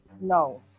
No